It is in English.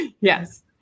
Yes